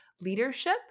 leadership